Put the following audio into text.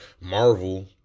Marvel